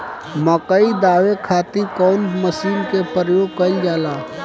मकई दावे खातीर कउन मसीन के प्रयोग कईल जाला?